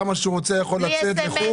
כמה שהוא רוצה הוא יכול לצאת לחו"ל.